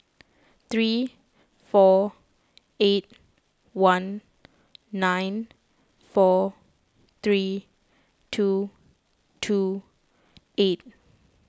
three four eight one nine four three two two eight